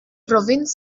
provinz